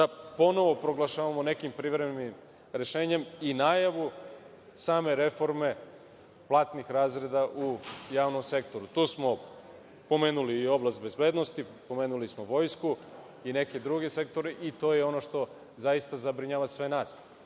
ponovo proglašavamo nekim privremenim rešenjem i najavu same reforme platnih razreda u javnom sektoru. Tu smo pomenuli i oblast bezbednosti, pomenuli smo Vojsku i neke druge sektore i to je ono što zaista zabrinjava sve